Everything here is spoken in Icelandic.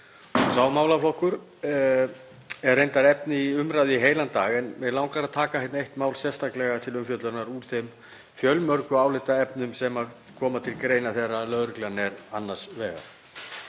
Sá málaflokkur er reyndar efni í umræðu í heilan dag en mig langar að taka eitt mál sérstaklega til umfjöllunar úr þeim fjölmörgu álitaefnum sem koma til greina þegar lögreglan er annars vegar.